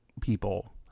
people